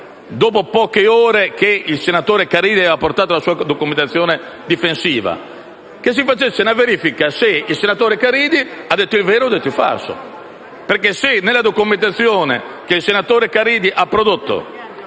dopo poche ore che il senatore Caridi ci aveva portato la sua documentazione difensiva? Che si facesse una verifica per scoprire se il senatore Caridi avesse detto il vero o il falso. Mi riferisco alla documentazione che il senatore Caridi ha prodotto